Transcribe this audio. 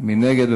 מי נגד?